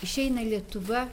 išeina lietuva